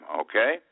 okay